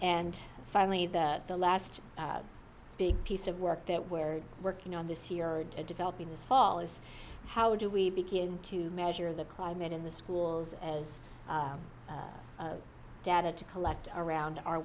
and finally that the last big piece of work that weare working on this year or developing this fall is how do we begin to measure the climate in the schools as data to collect around our